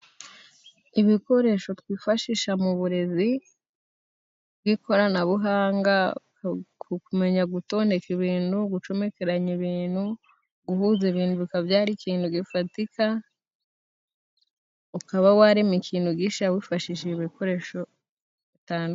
Ibikoresho twifashisha mu burezi bw'ikoranabuhanga. Kumenya gutondeka ibintu, gucomekeranya ibintu, guhuza ibintu bikababya ikintu gifatika, ukaba warema ikintu gisha wifashishije ibikoresho bitandukanye.